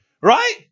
Right